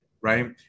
right